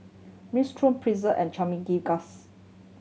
Minestrone Pretzel and